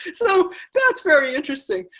so that's very interesting.